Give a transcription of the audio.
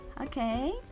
Okay